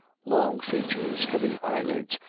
long features, heavy eyelids,